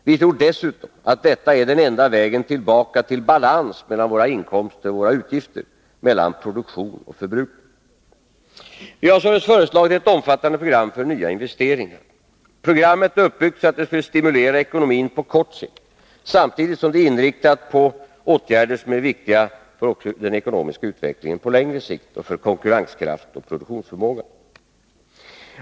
Vi tror dessutom att detta är den enda vägen tillbaka till balans mellan våra inkomster och våra utgifer, mellan produktion och förbrukning. Vi har således föreslagit ett omfattande program för nya investeringar. Programmet är uppbyggt så att det skulle stimulera ekonomin på kort sikt, samtidigt som det är inriktat på åtgärder som är viktiga för den ekonomiska utvecklingen på längre sikt och för konkurrenskraft och produktionsförmåga.